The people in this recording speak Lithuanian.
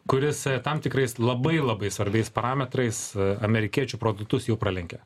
kuris tam tikrais labai labai svarbiais parametrais amerikiečių produktus jau pralenkė